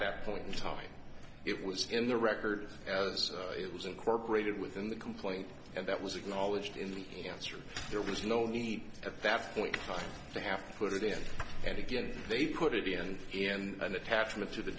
that point in time it was in the record as it was incorporated within the complaint and that was acknowledged in the answer there was no need at that point to have to put it in and again they put it in in an attachment to the